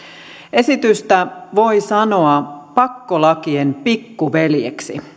esitystä voi sanoa pakkolakien pikkuveljeksi